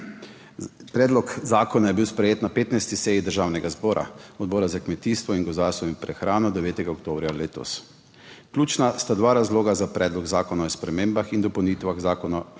Predlog zakona je bil sprejet na 15. seji Državnega zbora Odbora za kmetijstvo, gozdarstvo in prehrano 9. oktobra letos. Ključna sta dva razloga za Predlog zakona o spremembah in dopolnitvah Zakona